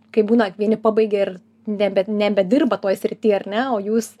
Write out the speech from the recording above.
kai būna vieni pabaigia ir ne bet nebedirba toj srity ar ne o jūs